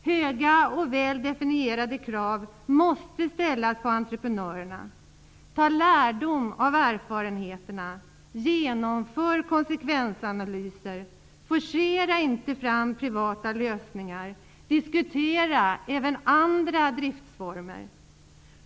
Höga och väl definierade krav måste ställas på entreprenörerna. Ta lärdom av erfarenheterna. Genomför konsekvensanalyser. Forcera inte fram privata lösningar. Diskutera även andra driftsformer.